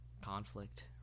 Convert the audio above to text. conflict